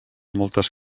moltes